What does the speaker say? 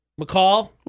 McCall